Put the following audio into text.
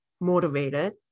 motivated